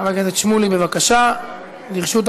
חבר הכנסת שמולי, בבקשה.